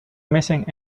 missing